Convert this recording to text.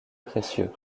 précieux